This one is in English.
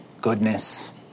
goodness